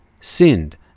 sinned